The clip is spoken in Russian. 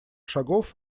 шагов